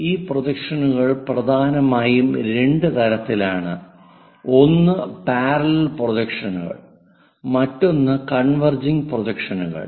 ഈ പ്രൊജക്ഷനുകൾ പ്രധാനമായും രണ്ട് തരത്തിലാണ് ഒന്ന് പാരലൽ പ്രൊജക്ഷനുകൾ മറ്റൊന്ന് കൺവെർജിങ് പ്രൊജക്ഷനുകൾ